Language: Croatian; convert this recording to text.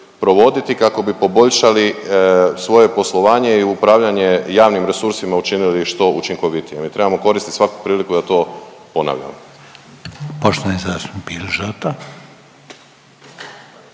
kako bi poboljšali svoje poslovanje i upravljanje javnim resursima učinili što učinkovitijima i trebamo koristit svaku priliku da to ponavljamo.